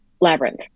Labyrinth